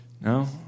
No